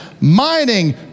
mining